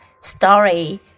Story